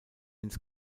ins